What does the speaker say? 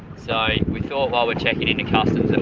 so, we thought while we're checking into customs, that